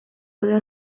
bota